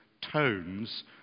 tones